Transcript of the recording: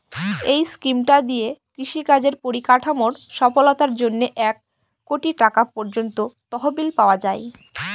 এই স্কিমটা দিয়ে কৃষি কাজের পরিকাঠামোর সফলতার জন্যে এক কোটি টাকা পর্যন্ত তহবিল পাওয়া যায়